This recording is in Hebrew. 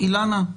אילנה,